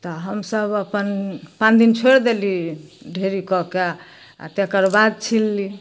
तऽ हमसभ अपन पाँच दिन छोड़ि देलहुँ ढेरी कऽ कऽ तकर बाद छिललहुँ